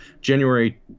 January